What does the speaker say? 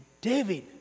David